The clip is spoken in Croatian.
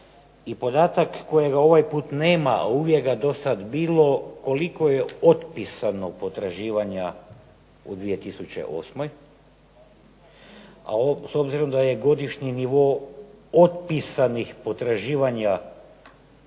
i podatak kojega ovaj put nema, a uvijek ga je dosad bilo koliko je otpisano potraživanja u 2008.? A s obzirom da je godišnji nivo otpisanih potraživanja,